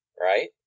Right